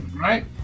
Right